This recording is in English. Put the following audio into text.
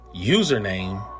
username